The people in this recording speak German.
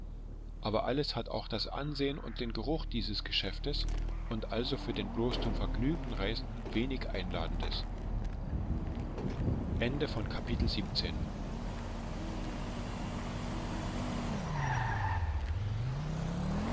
aber alles hat auch das ansehen und den geruch dieses geschäfts und also für den bloß zum vergnügen reisenden wenig einladendes